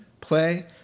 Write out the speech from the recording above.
Play